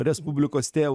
respublikos tėv